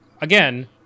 again